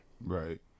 Right